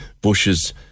bushes